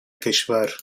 کشور